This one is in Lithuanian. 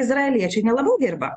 izraeliečiai nelabai dirba